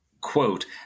quote